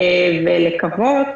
ולקוות